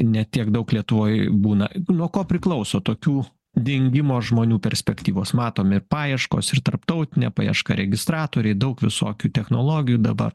ne tiek daug lietuvoj būna nuo ko priklauso tokių dingimo žmonių perspektyvos matom ir paieškos ir tarptautinė paieška registratoriai daug visokių technologijų dabar